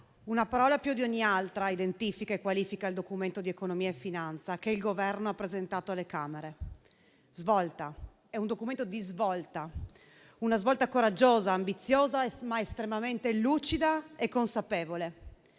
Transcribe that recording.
una parola più di ogni altra identifica e qualifica il Documento di economia e finanza che il Governo ha presentato alle Camere: svolta. È un documento di svolta, una svolta coraggiosa, ambiziosa, ma estremamente lucida e consapevole.